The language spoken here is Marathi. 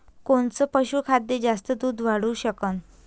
कोनचं पशुखाद्य जास्त दुध वाढवू शकन?